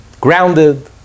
grounded